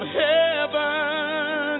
heaven